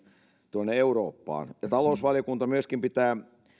tuonne eurooppaan talousvaliokunta myöskin pitää